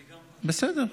בסדר.